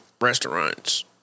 Restaurants